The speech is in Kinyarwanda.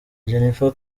jennifer